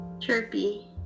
Chirpy